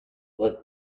what